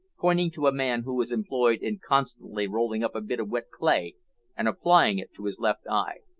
pointing to a man who was employed in constantly rolling up a bit of wet clay and applying it to his left eye. ah,